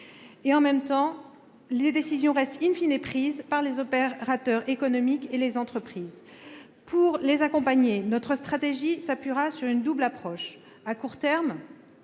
et européennes, les décisions restant prises par les opérateurs économiques et les entreprises. Pour les accompagner, notre stratégie s'appuiera sur une double approche. À court terme,